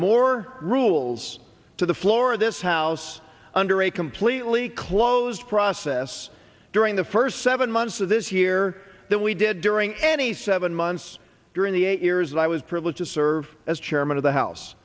more rules to the floor of this house under a completely closed process during the first seven months of this year than we did during any seven months during the eight years that i was privileged to serve as chairman of the house